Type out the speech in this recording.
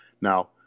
Now